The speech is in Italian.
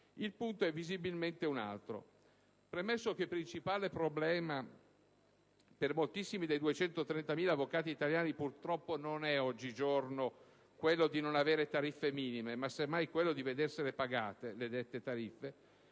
il punto è visibilmente un altro. Premesso che il principale problema per moltissimi dei 230.000 avvocati italiani purtroppo non è oggigiorno quello di non avere tariffe minime ma, semmai, quello di vedersele pagate, le dette tariffe,